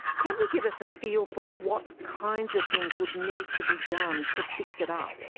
can you give us a feel for what kinds of things would need to be done to fix it up?